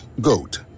Goat